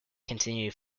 continued